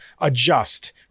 adjust